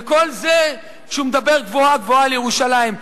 וכל זה כשהוא מדבר גבוהה-גבוהה על ירושלים.